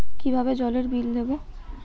কিভাবে জলের বিল দেবো?